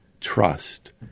trust